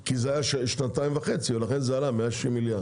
כי זה היה שנתיים וחצי אז עלה 160 מיליארד.